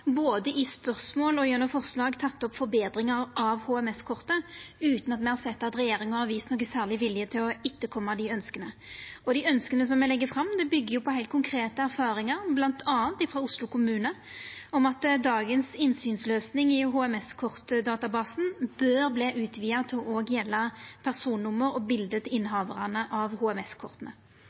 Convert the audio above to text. vist nokon særleg vilje til å gå med på dei ønska. Dei ønska som me legg fram, byggjer på heilt konkrete erfaringar, bl.a. frå Oslo kommune, om at dagens innsynsløysing i HMS-kortdatabasen bør verta utvida til òg å gjelda personnummer og bilde av innehavarane av